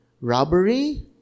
robbery